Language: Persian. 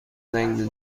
زنگ